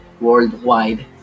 Worldwide